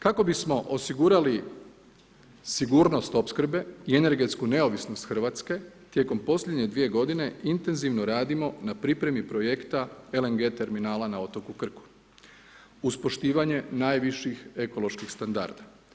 Kako bismo osigurali sigurnost opskrbe i energetsku neovisnost Hrvatske tijekom posljednje 2 godine intenzivno radimo na pripremi projekta LNG terminala na otoku Krku uz poštivanje najviših ekoloških standarda.